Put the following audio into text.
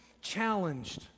challenged